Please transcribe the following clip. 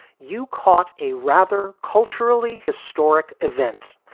you caught a rather culturally historic event,